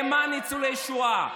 למען ניצולי שואה,